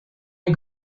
you